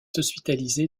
hospitalisée